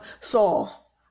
Saul